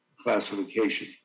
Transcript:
classification